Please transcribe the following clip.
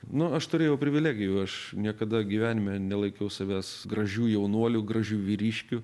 nu aš turėjau privilegijų aš niekada gyvenime nelaikiau savęs gražiu jaunuoliu gražiu vyriškiu